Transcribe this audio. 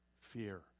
fear